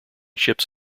chips